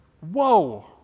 Whoa